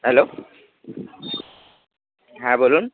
hello হ্যাঁ বলুন